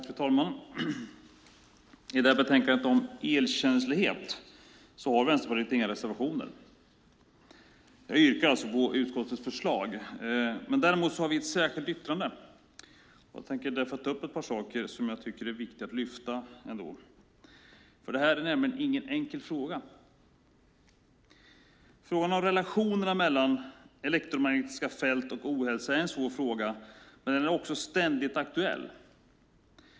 Fru talman! I det här betänkandet om elkänslighet har Vänsterpartiet inga reservationer. Jag yrkar alltså bifall till utskottets förslag. Däremot har vi ett särskilt yttrande. Jag tänker därför ta upp ett par saker som jag tycker ändå är viktiga att lyfta fram. Detta är nämligen inte en enkel fråga. Frågan om relationerna mellan elektromagnetiska fält och ohälsa är en svår fråga som också ständigt är aktuell.